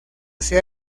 sea